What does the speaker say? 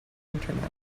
internet